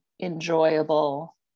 enjoyable